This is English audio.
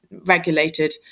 regulated